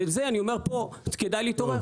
ועם זה אני אומר פה, כדאי להתעורר.